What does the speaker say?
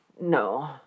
no